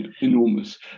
enormous